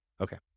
Okay